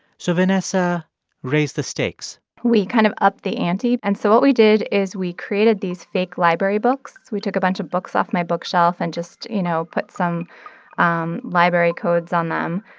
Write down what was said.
so vanessa raised the stakes we kind of upped the ante. and so what we did is we created these fake library books. we took a bunch of books off my bookshelf and just, you know, put some um library codes on them.